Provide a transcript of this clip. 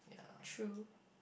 true